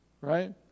right